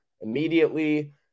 immediately